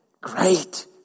great